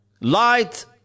Light